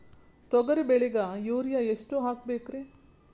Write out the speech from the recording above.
ತೊಗರಿ ಬೆಳಿಗ ಯೂರಿಯಎಷ್ಟು ಹಾಕಬೇಕರಿ?